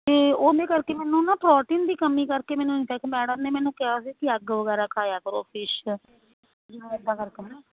ਅਤੇ ਉਹਦੇ ਕਰਕੇ ਮੈਨੂੰ ਨਾ ਪ੍ਰੋਟੀਨ ਦੀ ਕਮੀ ਕਰਕੇ ਮੈਨੂੰ ਇੱਕ ਮੈਡਮ ਨੇ ਮੈਨੂੰ ਕਿਹਾ ਸੀ ਕਿ ਐੱਗ ਵਗੈਰਾ ਖਾਇਆ ਕਰੋ ਫਿਸ਼ ਇੱਦਾਂ ਕਰਕੇ ਹੈ ਨਾ